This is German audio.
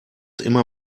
immer